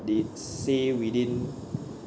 they say within